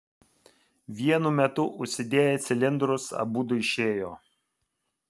vienu metu užsidėję cilindrus abudu išėjo